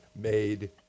made